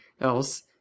else